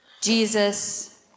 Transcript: Jesus